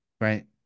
Right